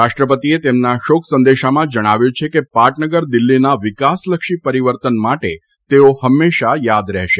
રાષ્ટ્રપતિએ તેમના શોકસંદેશામાં જણાવ્યું છે કે પાટનગર દિલ્હીના વિકાસલક્ષી પરિવર્તન માટે તેઓ હંમેશા થાદ રહેશે